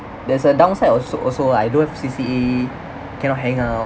there's a downside also also I do have C_C_E cannot hang out